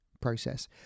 process